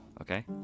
Okay